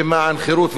ולמען חופש,